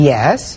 Yes